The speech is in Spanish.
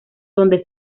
donde